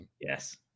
yes